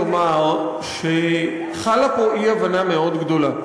לומר שחלה פה אי-הבנה גדולה מאוד.